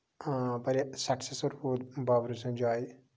اۭں واریاہ سیٚکسیٚسر روٗد بابرٕ سٔنٛدۍ جایہِ